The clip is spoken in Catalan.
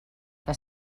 que